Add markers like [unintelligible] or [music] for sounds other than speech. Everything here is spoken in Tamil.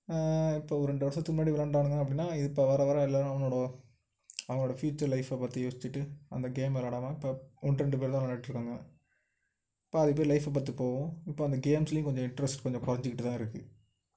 இப்போ ஒரு ரெண்டு வருஷத்துக்கு முன்னாடி வெளாண்டானுங்க அப்படினா இப்போ வரவர [unintelligible] அவங்களோட ஃபியூச்சர் லைஃப்பை பற்றி யோஸ்சிட்டு அந்த கேம் விளாடாம இப்போ ஒன்று ரெண்டு பேர்தான் விளாடிட்டு இருக்காங்க பாதி பேர் லைஃப் பார்த்து போவோம் இப்போ அந்த கேம்ஸ்லையும் கொஞ்சம் இன்ட்ரஸ்ட் கொஞ்சம் குறஞ்சிகிட்டுதான் இருக்குது